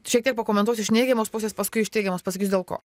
šiek tiek pakomentuosiu iš neigiamos pusės paskui iš teigiamos pasakysiu dėl ko